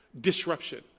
disruption